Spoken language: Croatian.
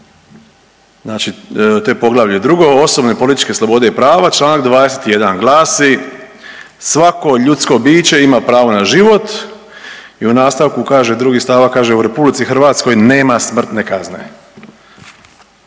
znači te Poglavlje II Osobne i političke slobode i prava Članak 21. glasi, svako ljudsko biće ima pravo na život i u nastavku kaže, drugi stavak kaže u RH nema smrtne kazne.